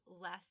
less